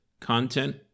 content